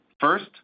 First